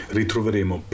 ritroveremo